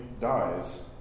dies